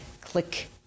click